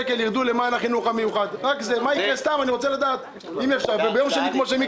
-- שעד היום לא החזירו להם אותה, את ההלוואה.